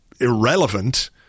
irrelevant